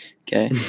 Okay